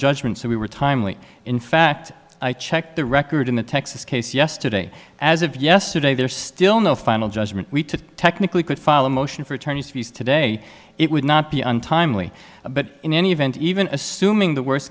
judgment so we were timely in fact i checked the record in the texas case yesterday as of yesterday there is still no final judgment technically could fall a motion for attorney's fees today it would not be untimely but in any event even assuming the worst